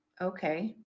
Okay